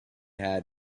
had